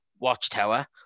watchtower